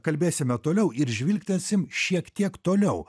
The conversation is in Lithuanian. kalbėsime toliau ir žvilgtelsim šiek tiek toliau